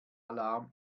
alarm